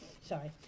Sorry